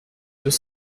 deux